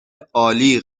عالی